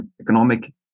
economic